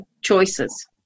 choices